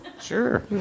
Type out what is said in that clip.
Sure